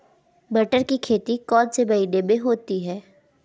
मटर की खेती कौन से महीने में होती है?